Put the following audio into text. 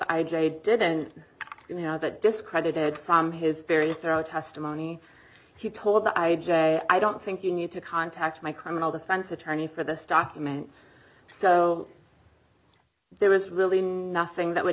j didn't you know that discredited from his very testimony he told that i i don't think you need to contact my criminal defense attorney for this document so there was really nothing that would